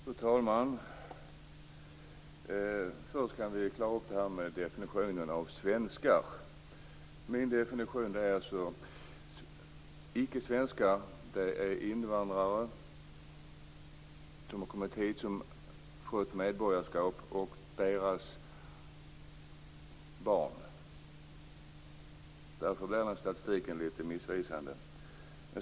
Fru talman! Först kan vi klara av det här med definitionen av ordet svenskar. Min definition är följande: Icke-svenskar är invandrare som har kommit hit och som har fått medborgarskap samt deras barn. Därför blir den här statistiken lite missvisande.